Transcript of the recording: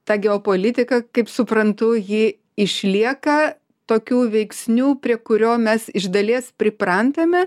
ta geopolitika kaip suprantu ji išlieka tokių veiksnių prie kurio mes iš dalies priprantame